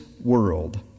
world